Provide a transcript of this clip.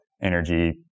energy